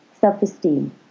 Self-esteem